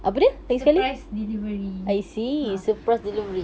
surprise delivery a'ah